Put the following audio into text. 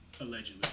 Allegedly